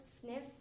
sniff